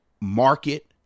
market